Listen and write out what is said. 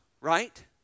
right